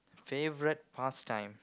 favourite past time